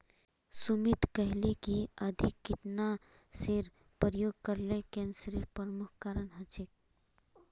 सुमित कहले कि अधिक कीटनाशेर प्रयोग करले कैंसरेर प्रमुख कारण हछेक